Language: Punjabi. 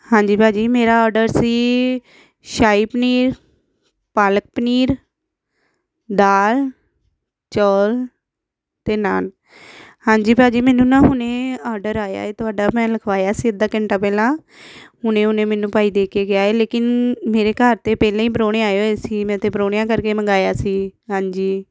ਹਾਂਜੀ ਭਾਜੀ ਮੇਰਾ ਔਡਰ ਸੀ ਸ਼ਾਹੀ ਪਨੀਰ ਪਾਲਕ ਪਨੀਰ ਦਾਲ ਚੌਲ ਅਤੇ ਨਾਨ ਹਾਂਜੀ ਭਾਅ ਜੀ ਮੈਨੂੰ ਨਾ ਹੁਣੇ ਔਡਰ ਆਇਆ ਤੁਹਾਡਾ ਮੈਂ ਲਿਖਵਾਇਆ ਸੀ ਅੱਧਾ ਘੰਟਾ ਪਹਿਲਾਂ ਹੁਣੇ ਹੁਣੇ ਮੈਨੂੰ ਭਾਈ ਦੇ ਕੇ ਗਿਆ ਹੈ ਲੇਕਿਨ ਮੇਰੇ ਘਰ ਦੇ ਪਹਿਲਾਂ ਹੀ ਪ੍ਰਾਹੁਣੇ ਆਏ ਹੋਏ ਸੀ ਅਤੇ ਪ੍ਰਾਹੁਣਿਆ ਕਰਕੇ ਮੰਗਾਇਆ ਸੀ ਹਾਂਜੀ